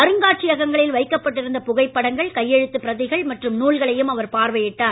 அருங்காட்சியகங்களில் வைக்கப்பட்டிருந்த அவர் புகைப்படங்கள் கையெழுத்து பிரதிகள் மற்றும் நூல்களையும் அவர் பார்வையிட்டார்